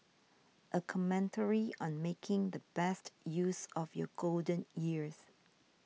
a commentary on making the best use of your golden years